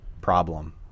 problem